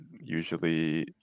usually